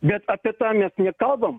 bet apie tą mes nekalbam